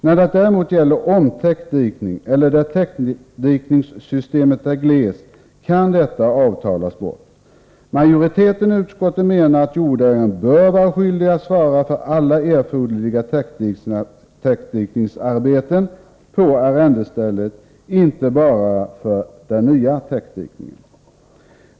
När det däremot gäller omtäckdikning eller områden där täckdikningssystemet är glest kan ersättningsrätten avtalas bort. Majoriteten i utskottet menar att jordägaren bör vara skyldig att svara för alla erforderliga täckdikningsarbeten på arrendestället, inte bara för den nya täckdikningen.